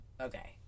okay